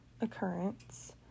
occurrence